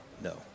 No